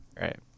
Right